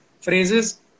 phrases